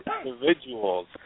individuals